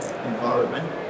Environment